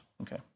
okay